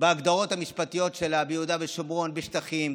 בהגדרות המשפטיות שלה ביהודה ושומרון, בשטחים.